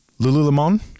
lululemon